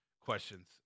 questions